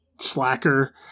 slacker